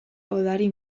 odari